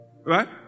Right